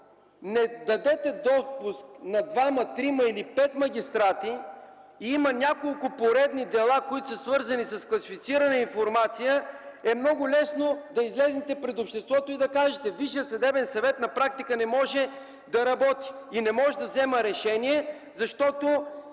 не дадете допуск на двама, трима или пет магистрати и има няколко поредни дела, които са свързани с класифицирана информация, много лесно е да излезете пред обществото и да кажете: Висшият съдебен съвет на практика не може да работи и не може да взема решение, защото